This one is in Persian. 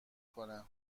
کنه